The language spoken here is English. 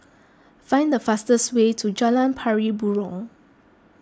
find the fastest way to Jalan Pari Burong